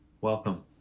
Welcome